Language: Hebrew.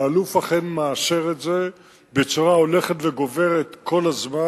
והאלוף אכן מאשר את זה בצורה הולכת וגוברת כל הזמן.